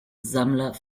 sammler